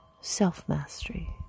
Self-mastery